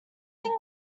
that